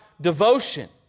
devotion